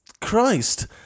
Christ